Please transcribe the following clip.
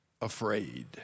afraid